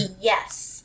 Yes